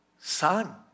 son